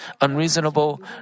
unreasonable